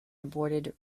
aborted